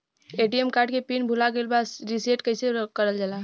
ATM card के pin भूला गइल बा रीसेट कईसे करल जाला?